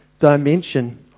dimension